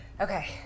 Okay